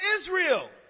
Israel